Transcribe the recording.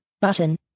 button